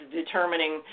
determining